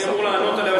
שאני אמור לענות עליה,